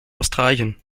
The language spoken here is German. australien